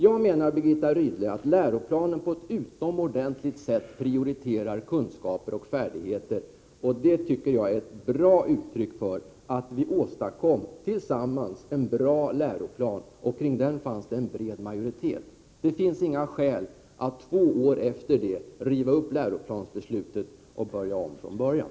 Jag menar, Birgitta Rydle, att läroplanen på ett utomordentligt sätt prioriterar kunskaper och färdigheter. Det tycker jag är ett gott uttryck för att vi tillsammans åstadkom en bra läroplan. Kring den fanns det en bred majoritet. Det finns inga skäl att två år efter detta riva upp läroplansbeslutet och börja om från början.